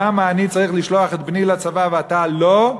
למה אני צריך לשלוח את בני לצבא ואתה לא?